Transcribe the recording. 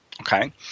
Okay